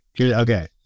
Okay